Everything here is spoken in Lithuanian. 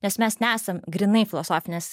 nes mes nesam grynai filosofinės